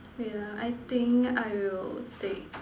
wait ah I think I will take